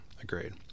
Agreed